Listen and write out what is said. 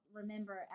remember